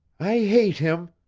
i hate him!